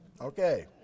Okay